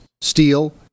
steel